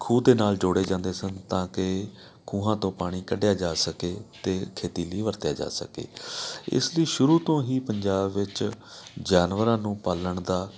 ਖੂਹ ਦੇ ਨਾਲ ਜੋੜੇ ਜਾਂਦੇ ਸਨ ਤਾਂ ਕਿ ਖੂਹਾਂ ਤੋਂ ਪਾਣੀ ਕੱਢਿਆ ਜਾ ਸਕੇ ਅਤੇ ਖੇਤੀ ਲਈ ਵਰਤਿਆ ਜਾ ਸਕੇ ਇਸ ਦੀ ਸ਼ੁਰੂ ਤੋਂ ਹੀ ਪੰਜਾਬ ਵਿੱਚ ਜਾਨਵਰਾਂ ਨੂੰ ਪਾਲਣ ਦਾ